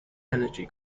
energy